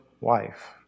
wife